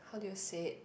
how do you say it